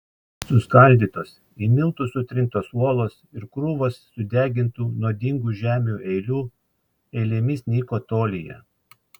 suskaldytos į miltus sutrintos uolos ir krūvos sudegintų nuodingų žemių eilių eilėmis nyko tolyje